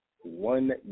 one